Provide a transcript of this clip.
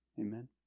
Amen